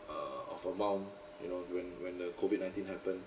err of amount you know when when the COVID nineteen happen